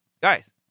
Guys